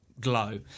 glow